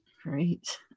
Great